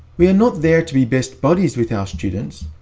we are not there to be best buddies with our students,